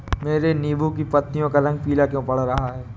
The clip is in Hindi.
मेरे नींबू की पत्तियों का रंग पीला क्यो पड़ रहा है?